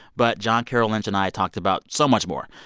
but john carroll lynch and i talked about so much more.